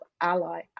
ally